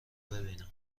ببینم